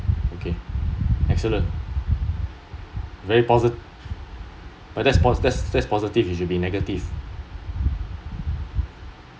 ya okay excellent very posi~ but that's that's positive it should be negative